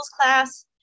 class